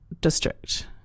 district